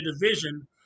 division